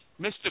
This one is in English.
Mr